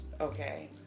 okay